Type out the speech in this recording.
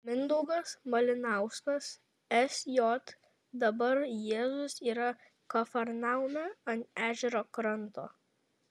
mindaugas malinauskas sj dabar jėzus yra kafarnaume ant ežero kranto